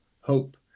hope